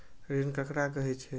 ऋण ककरा कहे छै?